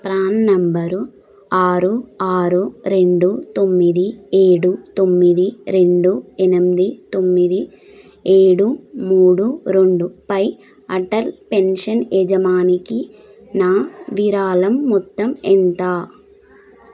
PRAN నంబరు ఆరు ఆరు రెండు తొమ్మిది ఏడు తొమ్మిది రెండు ఎనిమిది తొమ్మిది ఏడు మూడు రెండుపై అటల్ పెన్షన్ యజమానికి నా విరాళం మొత్తం ఎంత